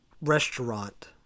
restaurant